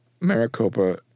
Maricopa